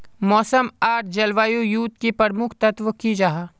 मौसम आर जलवायु युत की प्रमुख तत्व की जाहा?